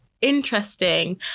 interesting